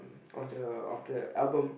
of the of the album